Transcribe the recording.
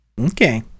Okay